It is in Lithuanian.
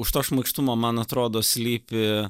už to šmaikštumo man atrodo slypi